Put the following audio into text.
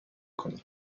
کنیم